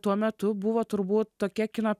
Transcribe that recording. tuo metu buvo turbūt tokie kino